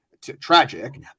Tragic